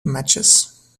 matches